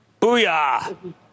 Booyah